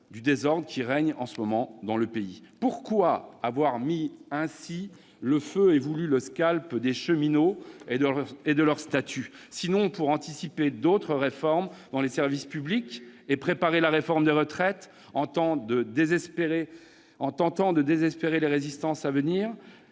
du désordre qui règne en ce moment dans le pays. Pourquoi avoir mis ainsi le feu et avoir voulu le scalp des cheminots et de leur statut, sinon pour anticiper d'autres réformes dans les services publics et préparer la réforme des retraites en tentant de désespérer les résistances à venir ?